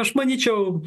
aš manyčiau